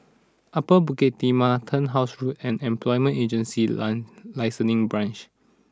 Upper Bukit Timah Turnhouse Road and Employment Agency long Licensing Branch